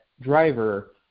driver